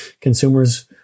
consumers